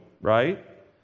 right